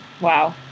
Wow